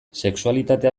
sexualitatea